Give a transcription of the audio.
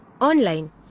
Online